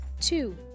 Two